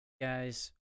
guys